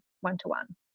one-to-one